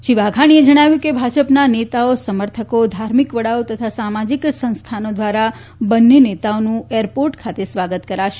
શ્રી વાઘાણીએ જણાવ્યું કે ભાજપના નેતાઓ સમર્થકો ધાર્મિક વડાઓ તથા સામાજીક સંસ્થાનો દ્વારા બંને નેતાઓનું એરપોર્ટ ખાતે સ્વાગત કરાશે